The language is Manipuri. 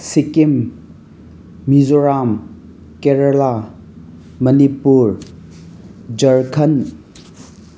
ꯁꯤꯛꯀꯤꯝ ꯃꯤꯖꯣꯔꯥꯝ ꯀꯦꯔꯦꯂꯥ ꯃꯅꯤꯄꯨꯔ ꯖꯔꯈꯟ